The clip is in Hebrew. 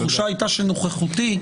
התחושה הייתה לגבי נוכחותי.